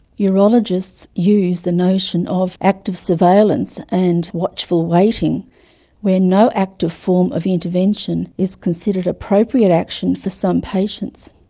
urologists use the notion of active surveillance and watchful waiting where no active form of intervention is considered appropriate action for some patients.